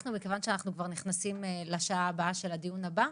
מכיוון שאנחנו כבר נכנסים לשעה הבאה של הדיון הבא,